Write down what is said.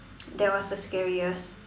that was the scariest